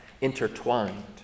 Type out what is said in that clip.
intertwined